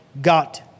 got